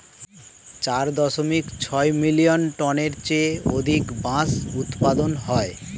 চার দশমিক ছয় মিলিয়ন টনের চেয়ে অধিক বাঁশ উৎপাদন হয়